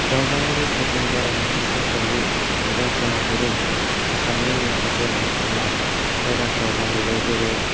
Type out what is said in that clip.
दावबायारिफोरजों बारा मिथिसारजायै एबा खोनाफेरै आसानि माखासे नायथावना जायगाफोरा जाहैबाय जेरै